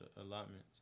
allotments